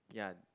ya